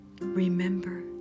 remember